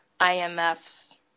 IMF's